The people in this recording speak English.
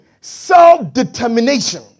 self-determination